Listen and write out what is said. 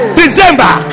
december